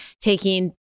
taking